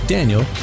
Daniel